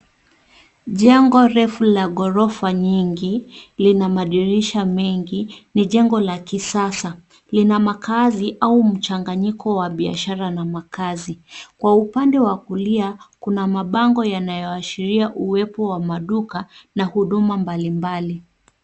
Jengo refu la ghorofa nyingi, lina madirisha mengi. Ni jengo la kisasa. Lina makazi au mchanganyiko wa biashara na makazi. Kwa upande wa kulia, kuna mabango yanayoashiria uwepo wa maduka na huduma mbali mbali.